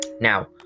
now